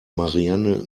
marianne